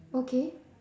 okay